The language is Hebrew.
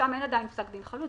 ושם אין עדיין פסק דין חלוט,